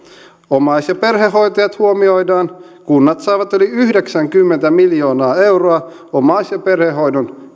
omais ja perhehoitajat huomioidaan kunnat saavat yli yhdeksänkymmentä miljoonaa euroa omais ja perhehoidon